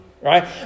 Right